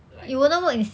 like